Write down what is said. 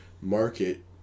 market